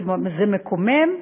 זה מקומם,